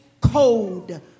Code